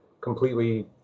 completely